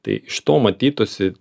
tai iš to matytųsi